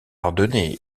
ardennais